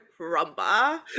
rumba